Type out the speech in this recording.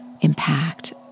impact